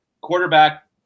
quarterback